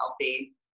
healthy